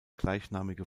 gleichnamige